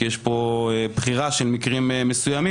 כי יש פה בחירה של מקרים מסוימים,